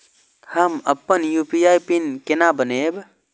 हम अपन UPI PIN केना बनैब?